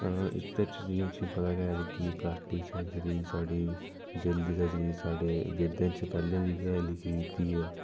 इसदे च तुसेंगी जियां पता गै जेह्की प्लास्टिक सर्जरी साढ़ी दिल दी सर्जरी साढ़े वेदें च पैह्ले दी गै लिखी दित्ती ऐ